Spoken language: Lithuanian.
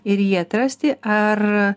ir jį atrasti ar